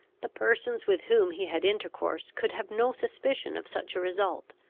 the persons with whom he had intercourse could have no suspicion of such a result.